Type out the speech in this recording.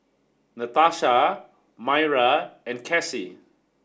Natasha Maira and Cassie